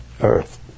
earth